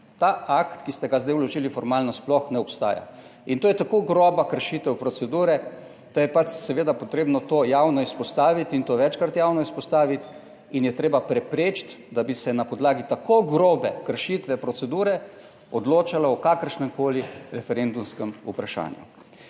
Ta akt, ki ste ga zdaj vložili, formalno sploh ne obstaja in to je tako groba kršitev procedure, da je pač seveda potrebno to javno izpostaviti in to večkrat javno izpostaviti in je treba preprečiti, da bi se na podlagi tako grobe kršitve procedure odločalo o kakršnem koli referendumskem vprašanju.